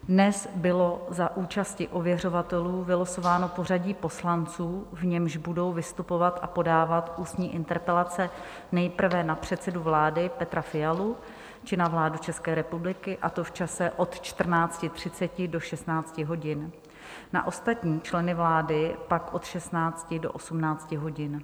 Dnes bylo za účasti ověřovatelů vylosováno pořadí poslanců, v němž budou vystupovat a podávat ústní interpelace nejprve na předsedu vlády Petra Fialu či na vládu České republiky, a to v čase od 14.30 do 16 hodin, na ostatní členy vlády pak od 16 do 18 hodin.